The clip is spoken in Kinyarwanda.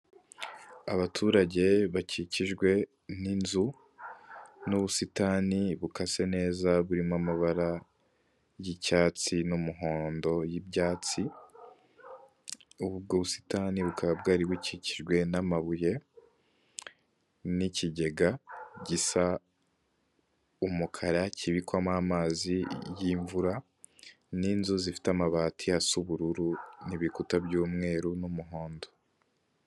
Abaturage bakikijwe ninzu n'ubusitani bukase neza burimo amabara y'icyatsi n'umuhondo y'ibyatsi, ubwo busitani bukaba bwari bukikijwe n'amabuye n'ikigega gisa umukara kibikwamo amazi y'imvura, n'inzu zifite amabati asa ubururu n'ibikuta by'umweru n'umuhondo.